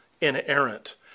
inerrant